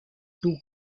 two